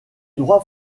droit